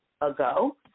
ago